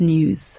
News